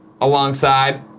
alongside